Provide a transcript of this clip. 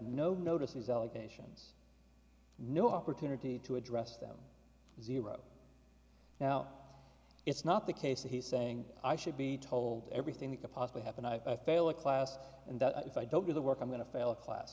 no notice these allegations no opportunity to address them zero now it's not the case that he's saying i should be told everything that could possibly happen i fail a class and that if i don't do the work i'm going to fail a class